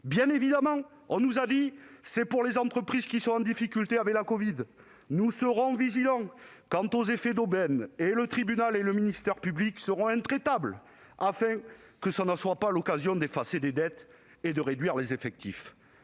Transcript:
Bien évidemment, on nous a dit :« C'est pour les entreprises qui sont en difficulté à cause de la covid. Nous serons vigilants quant aux effets d'aubaine, et le tribunal et le ministère public seront intraitables, afin que ce ne soit pas l'occasion d'effacer des dettes et de réduire les effectifs